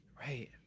Right